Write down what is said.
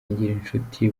ngirinshuti